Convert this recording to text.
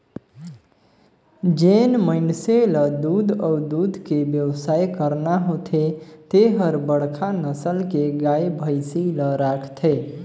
जेन मइनसे ल दूद अउ दूद के बेवसाय करना होथे ते हर बड़खा नसल के गाय, भइसी ल राखथे